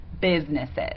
businesses